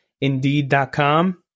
indeed.com